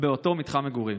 באותו מתחם מגורים,